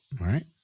right